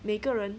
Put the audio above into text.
每个人